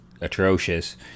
atrocious